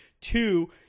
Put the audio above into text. Two